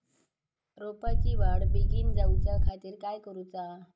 रोपाची वाढ बिगीन जाऊच्या खातीर काय करुचा?